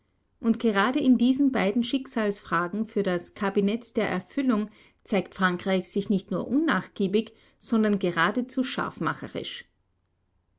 und gerade in diesen beiden schicksalsfragen für das kabinett der erfüllung zeigt frankreich sich nicht nur unnachgiebig sondern geradezu